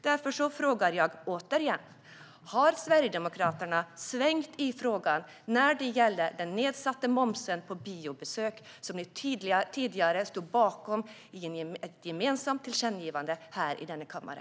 Därför frågar jag återigen: Har Sverigedemokraterna svängt i frågan om nedsatt moms på biobesök, som ni tidigare stod bakom i ett gemensamt tillkännagivande i denna kammare?